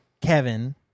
Kevin